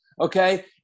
Okay